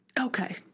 Okay